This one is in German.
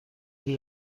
wie